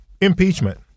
Impeachment